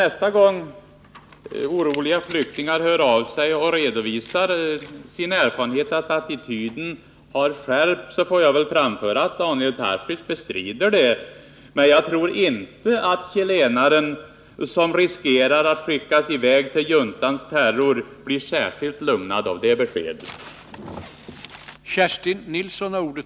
Nästa gång oroliga flyktingar hör av sig och redovisar sina erfarenheter av att attityden har skärpts, så får jag väl framföra att Daniel Tarschys bestrider det. Men jag tror inte att chilenaren som riskerar att skickas i väg till juntans terror blir särskilt lugnad av det beskedet.